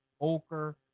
Oker